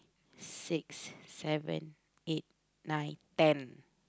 six seven eight nine ten